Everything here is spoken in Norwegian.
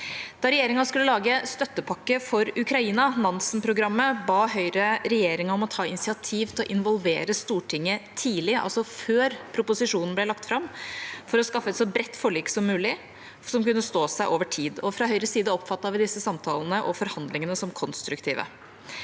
Da regjeringa skulle lage støttepakke for Ukraina, Nansen-programmet, ba Høyre regjeringa ta initiativ til å involvere Stortinget tidlig, altså før proposisjonen ble lagt fram, for å skaffe et så bredt forlik som mulig, og som vil kunne stå seg over tid. Fra Høyres side oppfattet vi disse samtalene og forhandlingene som konstruktive.